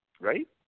right